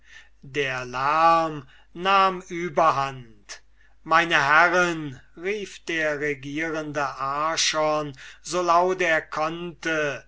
der lerm nahm überhand meine herren rief der regierende archon so laut er konnte